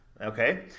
okay